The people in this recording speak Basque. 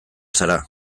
zara